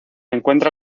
encuentra